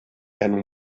and